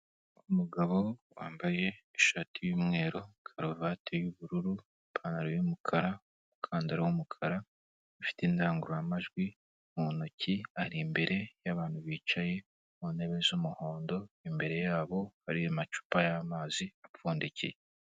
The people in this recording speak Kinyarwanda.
Umugabo wambaye ishati y'umweru, karuvati y'ubururu, ipantaro y'umukara mukandaro w'umukara ufite indangururamajwi mu ntoki ari imbere y'abantu bicaye ku ntebe z'umuhondo imbere yabo hari amacupa y'amazi apfundikiye.